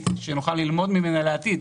שנוכל ללמוד ממנה לעתיד,